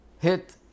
hit